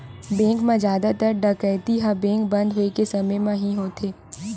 bank म जादातर डकैती ह बेंक बंद होए के समे म ही होथे